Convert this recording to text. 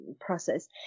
process